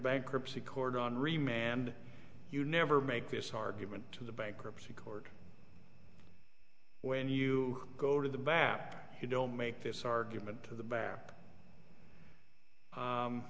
bankruptcy court on remand you never make this argument to the bankruptcy court when you go to the bath you don't make this argument to the back